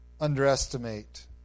underestimate